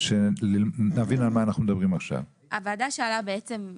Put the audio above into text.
איך בן אדם שעושה מאמץ ומשתכר